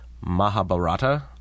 Mahabharata